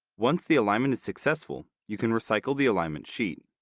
once the alignment is successful, you can recycle the alignment sheet.